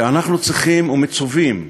שאנחנו צריכים, ומצווים,